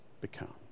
become